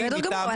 בסדר גמור,